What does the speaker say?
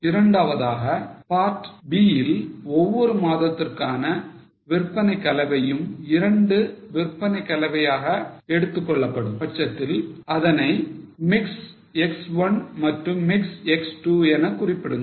இரண்டாவதாக part B யில் ஒவ்வொரு மாதத்திற்கான விற்பனை கலவையும் இரண்டு விற்பனை கலவையாக எடுத்துக் கொள்ளப்படும் பட்சத்தில் அதனை mix X 1 மற்றும் mix X 2 என குறிப்பிடுங்கள்